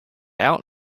out